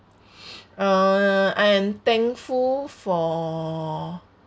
uh I am thankful for